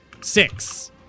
Six